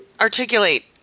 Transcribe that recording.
articulate